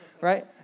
right